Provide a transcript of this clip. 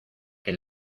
que